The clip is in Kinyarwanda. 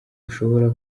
ushobora